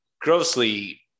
grossly